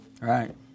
right